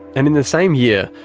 and in the same year,